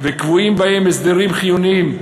וקבועים בהם הסדרים חיוניים,